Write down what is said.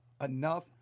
enough